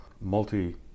multi